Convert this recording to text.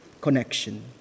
connection